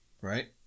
right